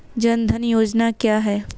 जनधन योजना क्या है?